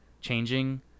changing